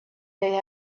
they